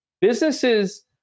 Businesses